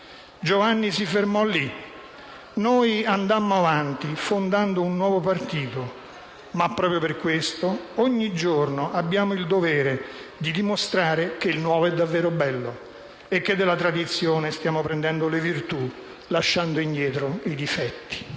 Giovanni si fermò lì: noi andammo avanti, fondando un nuovo partito, ma proprio per questo, ogni giorno, abbiamo il dovere di dimostrare che il nuovo è davvero bello e che della tradizione stiamo prendendo le virtù, lasciando indietro i difetti.